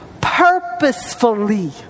purposefully